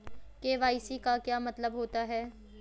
KYC का क्या मतलब होता है?